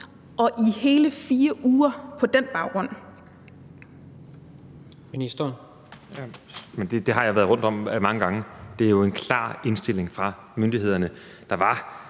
og ældreministeren (Magnus Heunicke): Det har jeg været rundt om mange gange. Det er jo en klar indstilling fra myndighederne. Der var